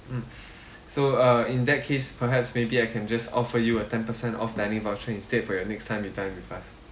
mm so uh in that case perhaps maybe I can just offer you a ten per cent off dining voucher instead for your next time you dine with us